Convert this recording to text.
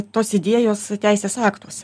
tos idėjos teisės aktuose